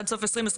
עד סוף 2023,